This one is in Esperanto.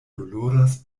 doloras